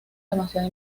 demasiada